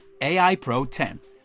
AIPRO10